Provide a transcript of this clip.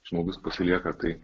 žmogus pasilieka tai